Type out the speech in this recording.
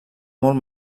molt